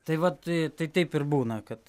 tai vat tai taip ir būna kad